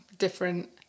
different